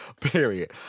Period